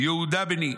יהודה בני,